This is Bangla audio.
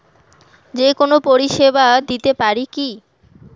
যে কোনো পরিষেবা দিতে পারি কি?